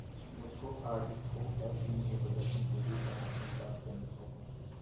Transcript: मुझको आर.डी को एफ.डी में बदलने के लिए बैंक में बात करनी होगी